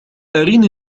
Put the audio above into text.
أرني